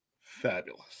Fabulous